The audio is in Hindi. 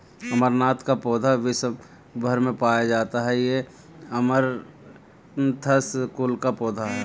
अमरनाथ का पौधा विश्व् भर में पाया जाता है ये अमरंथस कुल का पौधा है